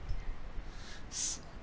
s~